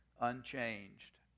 unchanged